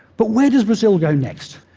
but where does brazil go next?